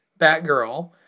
Batgirl